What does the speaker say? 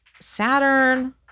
saturn